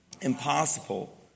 Impossible